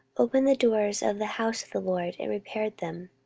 opened the doors of the house of the lord, and repaired them.